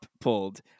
pulled